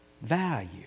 value